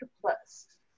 Plus